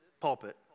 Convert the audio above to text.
pulpit